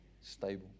stable